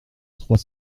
trois